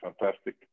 fantastic